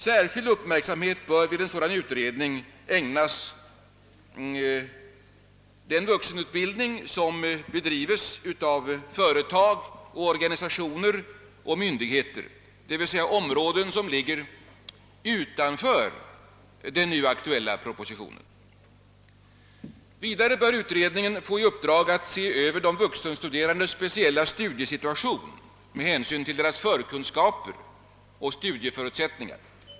Särskild uppmärksamhet bör därvid ägnas den vuxenutbildning som bedrives av företag, organisationer och myndigheter — d.v.s. områden som ligger utanför den nu aktuella propositionen. Vidare bör utredningen få i uppgift att se över de vuxenstuderandes speciella studiesituation med hänsyn till deras förkunskaper och studieförutsättningar.